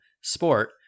sport